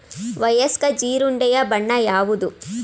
ವಯಸ್ಕ ಜೀರುಂಡೆಯ ಬಣ್ಣ ಯಾವುದು?